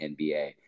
NBA